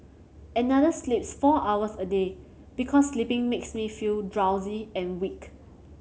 another sleeps four hours a day because sleeping makes me feel drowsy and weak